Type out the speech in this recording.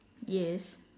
yes